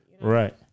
Right